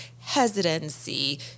hesitancy